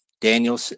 daniel